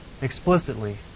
explicitly